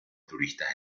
turistas